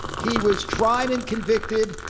he was tried and convicted.